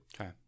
Okay